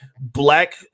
black